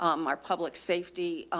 um our public safety,